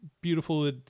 beautiful